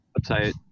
website